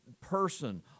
person